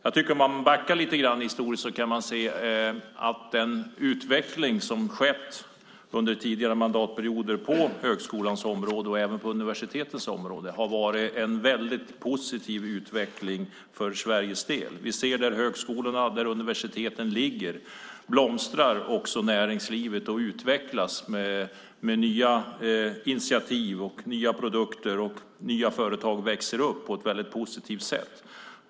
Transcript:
Om man backar lite i historien kan man se att den utveckling som skett under tidigare mandatperioder på högskolans områden och även på universitetens område har varit en positiv utveckling för Sveriges del. Vi ser att där högskolorna och universiteten ligger blomstrar också näringslivet och utvecklas med nya initiativ och nya produkter. Nya företag växer upp.